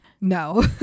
no